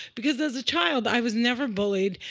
because as a child, i was never bullied.